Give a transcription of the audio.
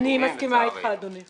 אני מסכימה איתך, אדוני.